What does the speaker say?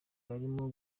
arimo